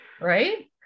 Right